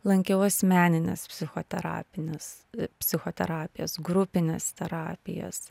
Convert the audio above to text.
lankiau asmenines psichoterapines psichoterapijos grupines terapijas